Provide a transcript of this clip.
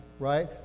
right